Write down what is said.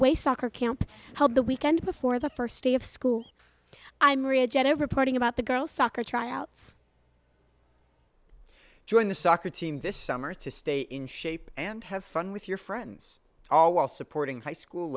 away soccer camp held the weekend before the first day of school i maria jenna reporting about the girls soccer tryouts during the soccer team this summer to stay in shape and have fun with your friends all while supporting high school